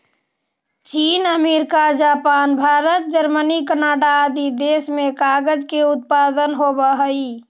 चीन, America, Japan, Bharat, Germany, Canada आदि देश में कागज के उत्पादन होवऽ हई